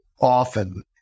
often